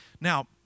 Now